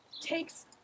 takes